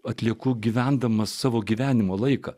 atlieku gyvendamas savo gyvenimo laiką